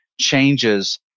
changes